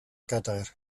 gadair